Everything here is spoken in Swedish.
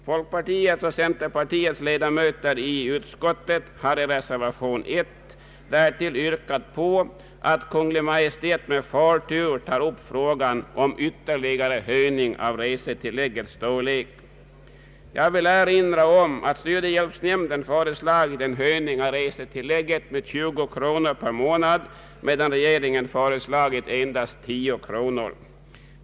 Folkpartiets och centerpartiets ledamöter i utskottet har i reservation 1 yrkat på att Kungl. Maj:t med förtur tar upp frågan om ytterligare höjning av resetilläggets storlek. Jag vill erinra om att studiehjälpsnämnden föreslagit en höjning av resetillägget med 20 kronor per månad, medan regeringen föreslagit en höjning med endast 10 kronor.